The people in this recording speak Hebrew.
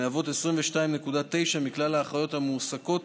המהוות 22.9% מכלל האחיות המועסקות